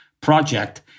project